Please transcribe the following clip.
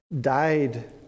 died